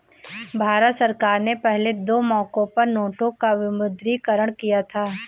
भारत सरकार ने पहले दो मौकों पर नोटों का विमुद्रीकरण किया था